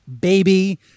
baby